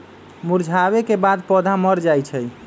मुरझावे के बाद पौधा मर जाई छई